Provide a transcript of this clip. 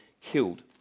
killed